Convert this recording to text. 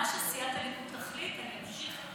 מה שסיעת הליכוד תחליט אני אמשיך ואעשה.